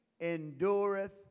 endureth